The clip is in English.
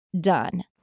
done